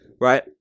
right